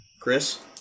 Chris